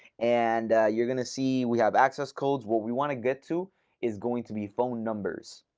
and you're going to see we have access codes. what we want to get to is going to be phone numbers.